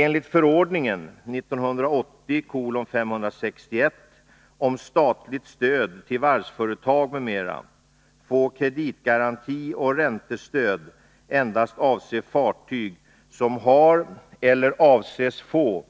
Enligt förordningen om statligt stöd till varvsföretag m.m. får kreditgaranti och räntestöd endast avse fartyg som har eller avses få